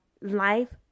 life